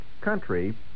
country